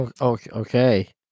okay